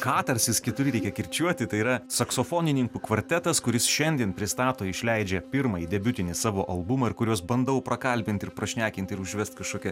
katarsis keturi reikia kirčiuoti tai yra saksofonininkų kvartetas kuris šiandien pristato išleidžia pirmąjį debiutinį savo albumą ir kuriuos bandau prakalbinti ir prašnekinti ir užvesti kažkokia